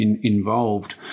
Involved